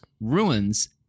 ruins